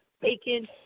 bacon